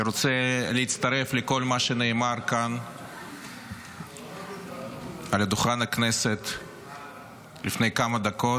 אני רוצה להצטרף לכל מה שנאמר כאן על דוכן הכנסת לפני כמה דקות,